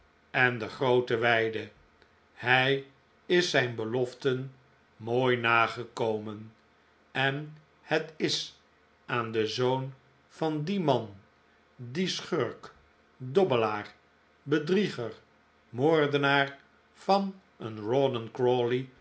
en de groote weide hij is zijn beloften mooi nagekomen en het is aan den zoon van dien man dien schurk dobbelaar bedrieger moordenaar van een